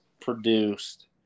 produced